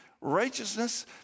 righteousness